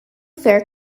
fare